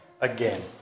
again